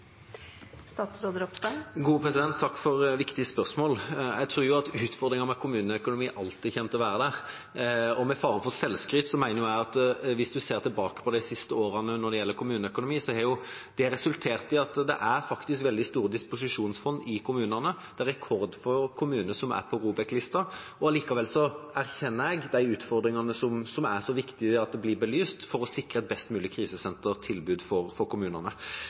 Takk for et viktig spørsmål. Jeg tror utfordringen med kommuneøkonomien alltid kommer til å være der. Med fare for selvskryt: Hvis en ser tilbake på kommuneøkonomien de siste årene, har den resultert i at det er veldig store disposisjonsfond i kommunene. Det er rekordfå kommuner på ROBEK-listen. Allikevel erkjenner jeg at vi har disse utfordringene, som det er viktig blir belyst for å sikre et best mulig krisesentertilbud i kommunene.